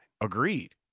Agreed